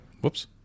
Whoops